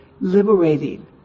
liberating